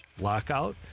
lockout